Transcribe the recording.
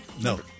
No